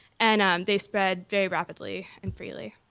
and um they spread very rapidly and freely.